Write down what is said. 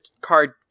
card